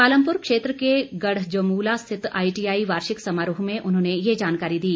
पालमपुर क्षेत्र के गढ़जमूला स्थित आईटीआई वार्षिक समारोह में उन्होंने ये जानकारी दी